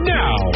now